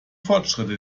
fortschritte